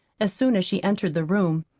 as soon as she entered the room,